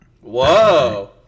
Whoa